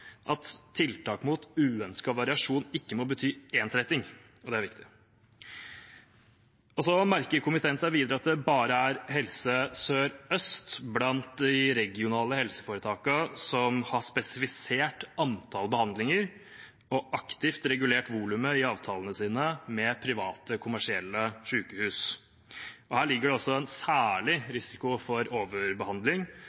at tiltak mot uønsket variasjon ikke må bety ensretting – og det er viktig. Komiteen merker seg videre at det er bare Helse Sør-Øst blant de regionale helseforetakene som har spesifisert antall behandlinger og aktivt regulert volumet i avtalene sine med private kommersielle sykehus. Her ligger det også en særlig